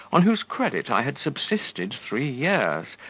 on whose credit i had subsisted three years,